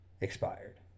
Expired